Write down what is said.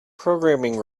programming